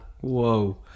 whoa